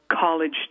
college